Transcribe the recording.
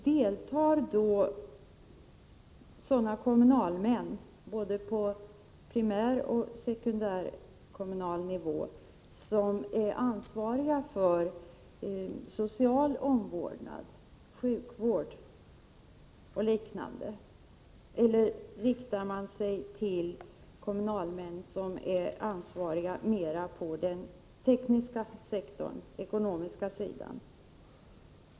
Deltar de kommunalmän både på primäroch på sekundärkommunal nivå som är ansvariga för social omvårdnad, sjukvård och liknande eller riktas informationen till kommunalmän som mer har ansvar för det tekniska eller ekonomiska?